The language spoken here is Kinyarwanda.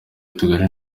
utugari